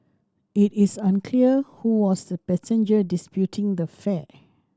it is unclear who was the passenger disputing the fare